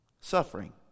Suffering